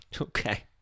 Okay